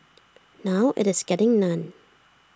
now IT is getting none